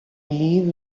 believe